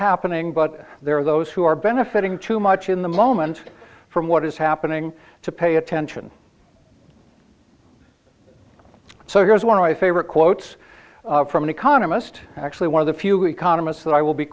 happening but there are those who are benefiting too much in the moment from what is happening to pay attention so here's one of my favorite quotes from an economist actually one of the few economists that i will be